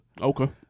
Okay